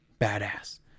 badass